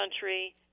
country